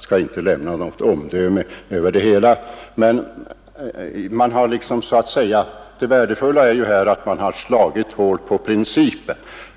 sagt inte avge något omdöme om det hela. Det värdefulla här är ju att man har slagit hål på principen.